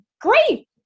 great